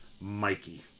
Mikey